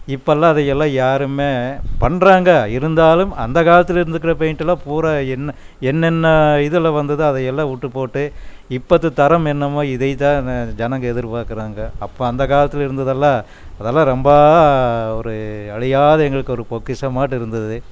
இப்போலாம் அதை எல்லாம் யாருமே பண்ணுறாங்க இருந்தாலும் அந்த காலத்தில் இருக்கிற பெயிண்டெல்லாம் பூராக என்ன என்னென்ன இதில் வந்துதோ அதை எல்லாம் விட்டுப்போட்டு இப்பத்து தரம் என்னவோ இதைத்தான் ஜனங்க எதிர்பார்க்குறாங்க அப்போ அந்த காலத்தில் இருந்ததெல்லாம் அதெலாம் ரொம்ப ஒரு அழியாத எங்களுக்கு ஒரு பொக்கிஷமாட்டம் இருந்துது